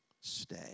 Stay